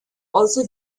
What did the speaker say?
also